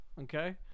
Okay